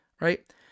right